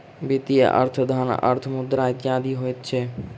वित्तक अर्थ धन, अर्थ, मुद्रा इत्यादि होइत छै